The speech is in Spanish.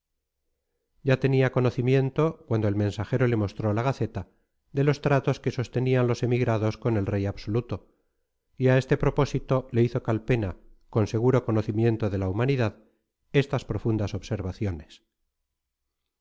ya tenía conocimiento cuando el mensajero le mostró la gaceta de los tratos que sostenían los emigrados con el rey absoluto y a este propósito le hizo calpena con seguro conocimiento de la humanidad estas profundas observaciones